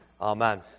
amen